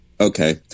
okay